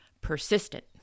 persistent